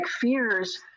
fears